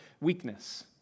weakness